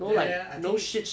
ya ya ya I think